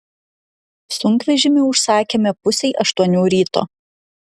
sunkvežimį užsakėme pusei aštuonių ryto